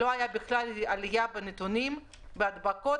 לא הייתה בכלל עלייה בנתונים ובהדבקות,